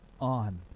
on